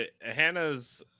hannah's